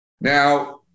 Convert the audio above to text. Now